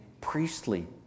priestly